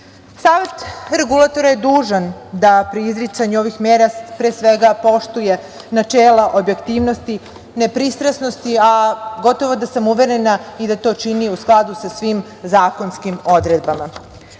Savet regulatora je dužan da pri izricanju ovih mera poštuje načela objektivnosti, nepristrasnosti, a gotovo da sam uverena i da to čini u skladu sa svim zakonskim odredbama. Pre